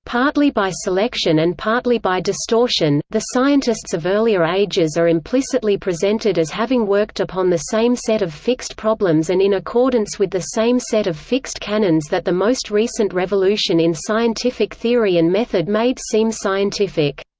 partly by selection and partly by distortion, the scientists of earlier ages are implicitly presented as having worked upon the same set of fixed problems and in accordance with the same set of fixed canons that the most recent revolution in scientific theory and method made seem scientific.